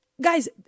guys